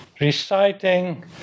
reciting